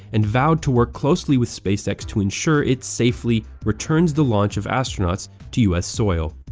and vowed to work closely with spacex to ensure it safely returns the launch of astronauts to u s. soil.